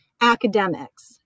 academics